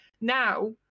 now